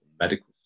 medical